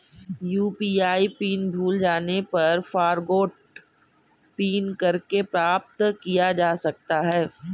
UPI pin भूल जाने पर फ़ॉरगोट पिन करके प्राप्त किया जा सकता है